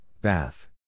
bath